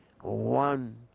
one